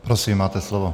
Prosím, máte slovo.